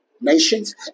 nations